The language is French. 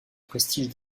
prestige